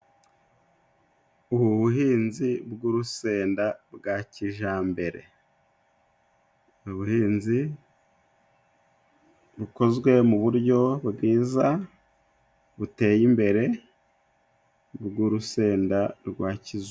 Ubuhinzi bw'urusenda bwa kijambere, ubuhinzi bukozwe mu buryo bwiza buteye imbere bw'urusenda rwa kizungu.